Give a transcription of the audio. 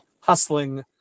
hustling